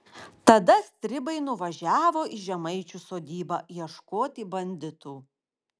tada stribai nuvažiavo į žemaičių sodybą ieškoti banditų